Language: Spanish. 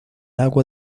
agua